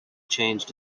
changed